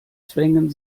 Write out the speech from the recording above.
zwängen